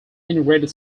integrated